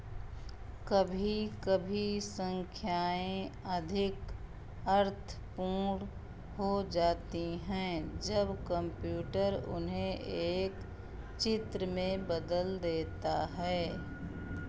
कभी कभी संख्याएँ अधिक अर्थपूर्ण हो जाती हैं जब कंप्यूटर उन्हें एक चित्र में बदल देता है